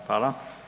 Hvala.